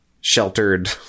sheltered